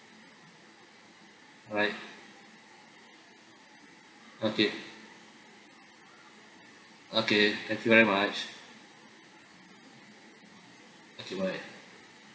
alright okay okay thank you very much okay bye